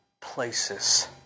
places